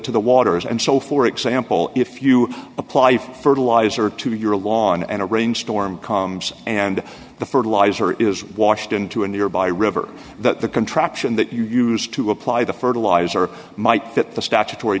the waters and so for example if you apply fertilizer to your lawn and a rainstorm and the fertilizer is washed into a nearby river that the contraption that you use to apply the fertilizer might get the statutory